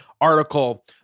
article